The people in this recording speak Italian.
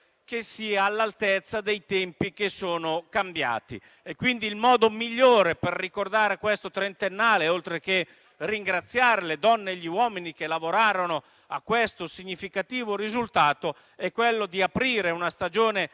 che sia all'altezza dei tempi che sono cambiati. Il modo migliore per ricordare questo trentennale, oltre che ringraziare le donne e gli uomini che lavorarono a questo significativo risultato, è aprire una stagione